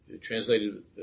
translated